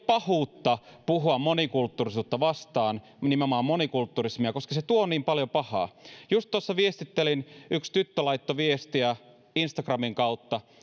pahuutta puhua monikulttuurisuutta vastaan nimenomaan monikulturismia koska se tuo niin paljon pahaa just tuossa viestittelin ja yksi tyttö laittoi viestiä instagramin kautta